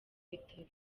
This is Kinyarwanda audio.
bitaro